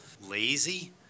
lazy